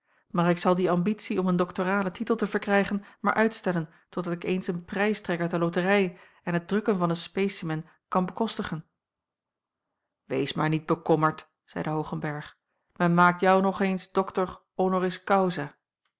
maar ik zal die ambitie om een doktoralen titel te verkrijgen maar uitstellen totdat ik eens een prijs trek uit de loterij en het drukken van een specimen kan bekostigen wees maar niet bekommerd zeide hoogenberg men maakt jou nog eens doktor